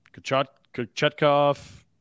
Kachetkov